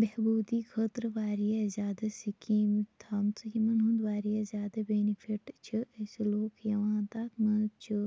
بہبوٗدی خٲطرٕ واریاہ زیدٕ سکیٖم تھامژٕ یِمَن ہُنٛد واریاہ زیادٕ بیٚنِفِٹ چھِ أسۍ لُکھ یِوان تتھ مَنٛز چھُ